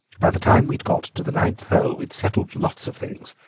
by the time we'd got to the ninth hole we'd settled lots of things.